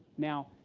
now,